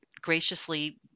graciously